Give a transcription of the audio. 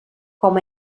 com